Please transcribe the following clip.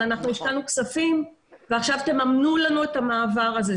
אבל אנחנו השקענו כספים ועכשיו תממנו לנו את המעבר הזה.